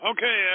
Okay